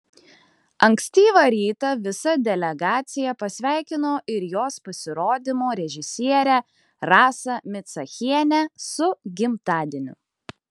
ankstyvą rytą visa delegacija pasveikino ir jos pasirodymo režisierę rasą micachienę su gimtadieniu